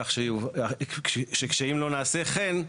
כך שאם לא נעשה כן,